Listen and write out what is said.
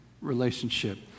relationship